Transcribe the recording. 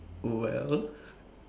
well